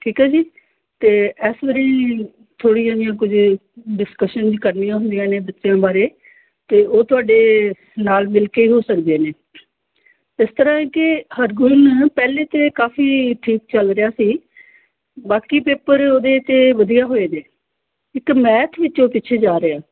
ਠੀਕ ਹੈ ਜੀ ਅਤੇ ਇਸ ਵਾਰੀ ਥੋੜ੍ਹੀਆਂ ਜਿਹੀਆਂ ਕੁਝ ਡਿਸਕਸ਼ਨ ਜਿਹੀ ਕਰਨੀਆਂ ਹੁੰਦੀਆਂ ਨੇ ਬੱਚਿਆਂ ਬਾਰੇ ਅਤੇ ਉਹ ਤੁਹਾਡੇ ਨਾਲ ਮਿਲ ਕੇ ਹੋ ਸਕਦੇ ਨੇ ਇਸ ਤਰ੍ਹਾਂ ਹੈ ਕਿ ਹਰਗੁਨ ਪਹਿਲੇ ਤਾਂ ਕਾਫੀ ਠੀਕ ਚੱਲ ਰਿਹਾ ਸੀ ਬਾਕੀ ਪੇਪਰ ਉਹਦੇ ਤਾਂ ਵਧੀਆ ਹੋਏ ਜੇ ਇੱਕ ਮੈਥ ਵਿੱਚੋਂ ਪਿੱਛੇ ਜਾ ਰਿਹਾ